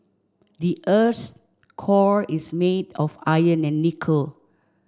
the earth's core is made of iron and nickel